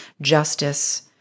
Justice